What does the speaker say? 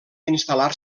instal·lar